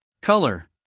color